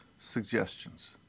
suggestions